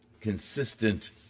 consistent